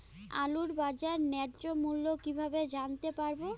আলুর বাজার ন্যায্য মূল্য কিভাবে জানতে পারবো?